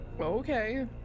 Okay